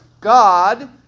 God